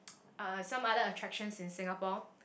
some other attractions in Singapore